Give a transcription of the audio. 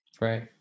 Right